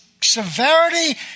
severity